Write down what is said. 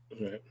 Right